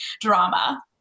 drama